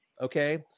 Okay